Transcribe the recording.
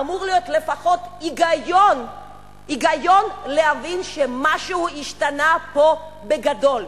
אמור להיות לפחות היגיון להבין שמשהו השתנה פה בגדול,